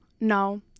No